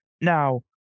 now